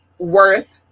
Worth